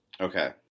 Okay